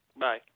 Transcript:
Bye